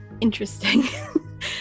Interesting